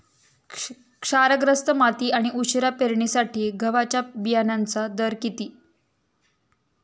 क्षारग्रस्त माती आणि उशिरा पेरणीसाठी गव्हाच्या बियाण्यांचा दर किती?